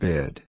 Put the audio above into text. Bid